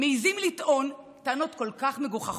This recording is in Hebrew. מעיזים לטעון טענות כל כך מגוחכות,